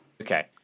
Okay